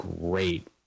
great